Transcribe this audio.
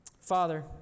Father